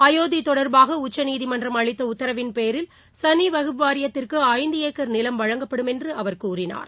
அயோத்தி தொடர்பாக உச்சநீதிமன்றம் அளித்த உத்தரவின்பேரில் சன்னி வக்ஃப் வாரியத்திற்கு ஐந்து ஏக்கர் நிலம் வழங்கப்படும் என்று அவர் கூறினார்